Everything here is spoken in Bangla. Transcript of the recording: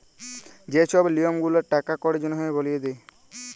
যে ছব লিয়ম গুলা টাকা কড়ির জনহে বালিয়ে দে